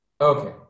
Okay